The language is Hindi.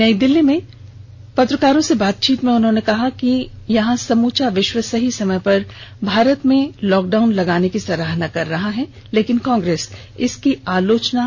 नई दिल्ली में मीडिया से बातचीत में उन्होंने कहा कि जहां समूचा विश्व सही समय पर भारत में लॉकडाउन लगाने की सराहना कर रहा है वहीं कांग्रेस इसकी आलोचना कर रही है